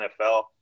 NFL